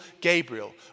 Gabriel